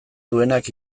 duenak